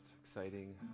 exciting